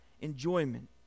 enjoyment